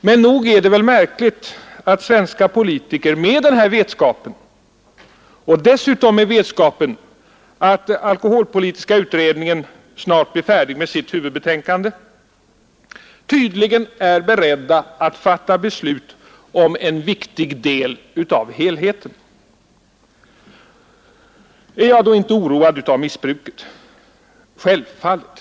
Men nog är det väl märkligt att svenska politiker med denna vetskap, och dessutom med vetskapen att alkoholpolitiska utredningen snart blir färdig med sitt huvudbetänkande, tydligen är beredda att fatta beslut om en viktig del av helheten. Är jag då inte oroad av missbruket? Jo, självfallet.